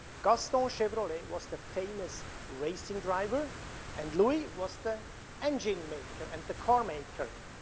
gaston chevrolet was the famous racing driver and louis was the engine maker and the car maker,